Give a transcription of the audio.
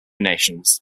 nations